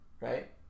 right